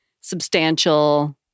substantial